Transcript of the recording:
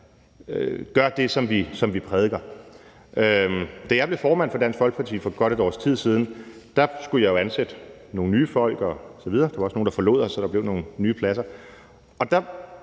gør det, som vi prædiker. Da jeg blev formand for Dansk Folkeparti for godt et års tid siden, skulle jeg jo ansætte nogle nye folk, og der var også nogle, der forlod os, så der blev nogle ledige pladser, og der